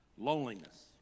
loneliness